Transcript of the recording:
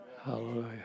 Hallelujah